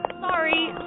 Sorry